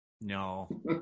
No